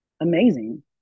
amazing